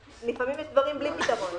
לפעמים יש דברים בלי פתרון.